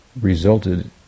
resulted